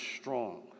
strong